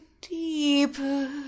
deeper